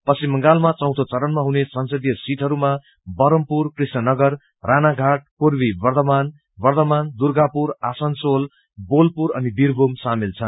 पश्चिम बंगालमा चौथे चरणमा हुने संसदीय सीटहरूमा बहरमपुर कृष्णनगर रानाघाट पूर्वी बर्द्वमान बर्द्वमान दुर्गापुर आसनसोल बोलपुर अन वीरभूम शामेल छन्